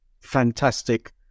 fantastic